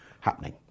happening